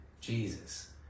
jesus